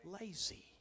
lazy